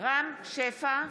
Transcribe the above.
רם שפע,